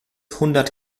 hundert